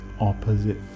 opposite